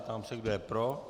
Ptám se, kdo je pro.